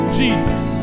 Jesus